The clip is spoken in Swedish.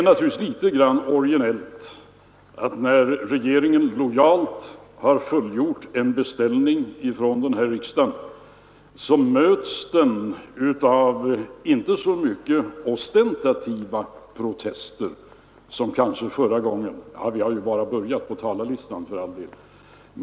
När nu regeringen lojalt har fullgjort en beställning från riksdagen är det naturligtvis litet originellt att mötas av kanske inte så många ostentativa protester som förra gången — ja, vi har ju för all del bara börjat på talarlistan.